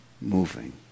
moving